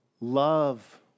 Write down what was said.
Love